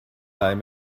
leih